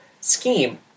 scheme